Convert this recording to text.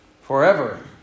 forever